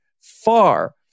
far